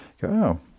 go